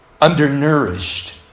undernourished